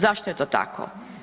Zašto je to tako?